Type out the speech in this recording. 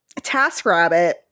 TaskRabbit